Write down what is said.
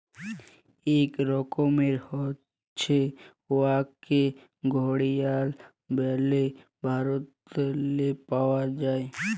ইক রকমের হছে উয়াকে ঘড়িয়াল ব্যলে ভারতেল্লে পাউয়া যায়